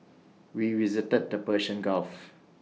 we visited the Persian gulf